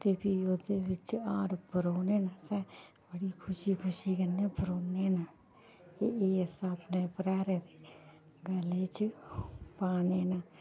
ते फ्ही ओह्दे बिच्च हार परोने न असें बड़ी खुशी खुशी कन्नै फिर परोने न एह् असें अपने भ्राएं दे गले च पाने न